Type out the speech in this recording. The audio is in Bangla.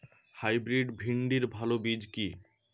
হাইব্রিড ভিন্ডির ভালো বীজ কি?